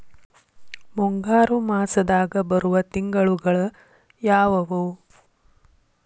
ಮುಂಗಾರು ಮಾಸದಾಗ ಬರುವ ತಿಂಗಳುಗಳ ಯಾವವು?